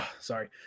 sorry